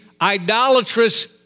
idolatrous